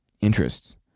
interests